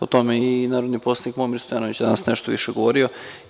O tome je i narodni poslanik Momir Stojanović danas nešto više govorio.